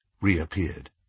reappeared